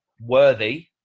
worthy